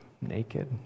naked